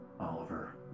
Oliver